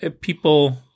people